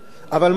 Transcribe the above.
אבל מה לעשות,